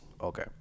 Okay